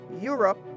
Europe